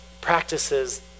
practices